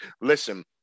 Listen